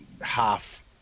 half